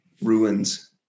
ruins